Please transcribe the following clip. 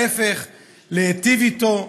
ההפך, להיטיב איתו.